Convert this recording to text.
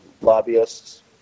lobbyists